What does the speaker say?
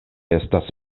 estas